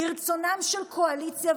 לרצונה של קואליציה,